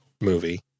movie